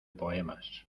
poemas